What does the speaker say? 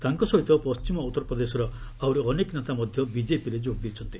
ତାଙ୍କ ସହିତ ପଶ୍ଚିମ ଉତ୍ତରପ୍ରଦେଶର ଆହୁରି ଅନେକ ନେତା ମଧ୍ୟ ବିଜେପିରେ ଯୋଗ ଦେଇଛନ୍ତି